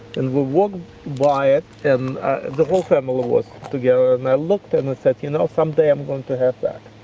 and we walked by it, and the whole family was together, and i looked, and i said, you know, someday i'm going to have that.